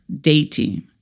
dating